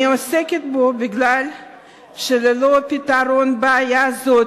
אני עוסקת בו מפני שללא פתרון בעיה זו